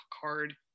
Card